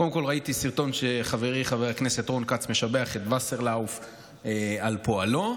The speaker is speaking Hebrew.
קודם כול ראיתי סרטון שחברי חבר הכנסת רון כץ משבח את וסרלאוף על פועלו,